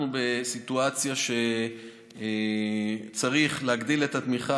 אנחנו בסיטואציה שצריך להגדיל את התמיכה